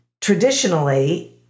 traditionally